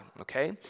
okay